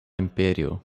imperio